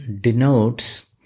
denotes